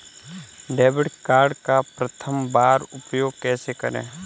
Debit card का प्रथम बार उपयोग कैसे करेंगे?